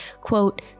quote